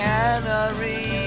Canary